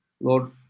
Lord